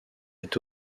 est